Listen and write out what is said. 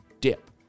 dip